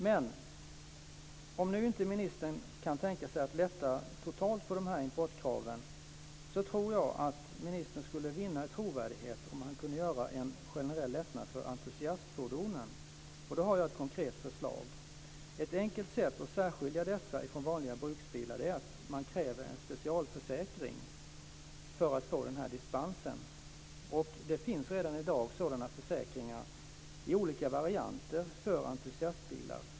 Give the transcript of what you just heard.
Men om ministern nu inte kan tänka sig att lätta totalt på importkraven, tror jag att ministern skulle vinna i trovärdighet om han kunde göra en generell lättnad vad gäller entusiastfordonen. Då har jag ett konkret förslag: Ett enkelt sätt att särskilja dessa från vanliga bruksbilar är att kräva en specialförsäkring för att man ska få dispens. Det finns redan i dag sådana försäkringar av olika varianter för entusiastbilar.